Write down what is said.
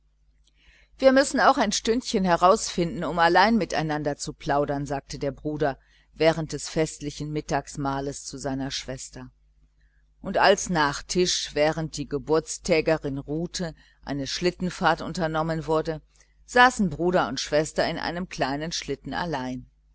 wir müssen auch ein stündchen herausfinden um allein miteinander zu plaudern sagte der bruder während des festlichen mittagsmahls zu seiner schwester und als nach tisch während die geburtstägerin ruhte eine schlittenfahrt unternommen wurde saßen bruder und schwester in einem kleinen schlitten allein